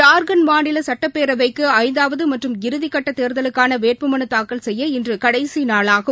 ஜார்க்கண்ட் மாநிலசட்டப்பேரவைக்குறந்தாவதமற்றம் இறதிக் கட்டதேர்தலுக்கானவேட்புமதைாக்கல் செய்ய இன்றுகடைசிநாளாகும்